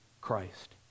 Christ